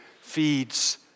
feeds